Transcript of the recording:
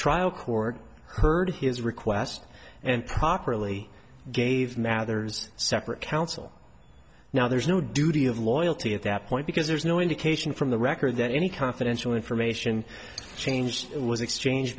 trial coorg heard his request and properly gave mather's separate counsel now there's no duty of loyalty at that point because there's no indication from the record that any confidential information changed it was exchange